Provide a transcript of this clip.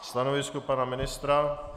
Stanovisko pana ministra?